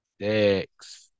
six